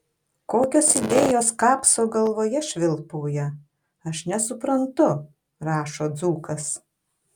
kokios idėjos kapso galvoje švilpauja aš nesuprantu rašo dzūkas